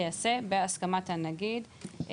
תיעשה בהסכמת הנגיד;"".